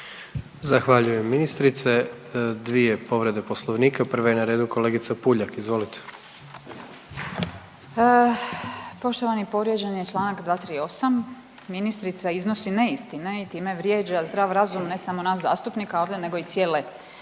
Zahvaljujem ministrice. Dvije povrede poslovnika, prva je na redu kolegica Puljak, izvolite. **Puljak, Marijana (Centar)** Poštovani, povrijeđen je čl. 238., ministrica iznosi neistine i time vrijeđa zdrav razum ne samo nas zastupnika ovdje nego i cijele